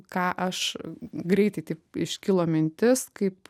ką aš greitai taip iškilo mintis kaip